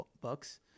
bucks